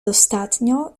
dostatnio